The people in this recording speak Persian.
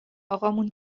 آقامون